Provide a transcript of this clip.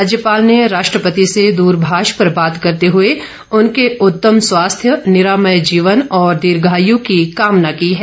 राज्यपाल ने राष्ट्रपति से द्रभाष पर बात करते हुए उनके उत्तम स्वास्थ्य निरामय जीवन और दीर्घायु की कामना की है